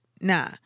nah